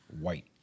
white